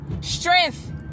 strength